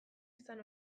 izan